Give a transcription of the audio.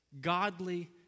godly